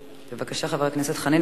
בבקשה, חבר הכנסת חנין.